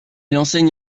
enseigne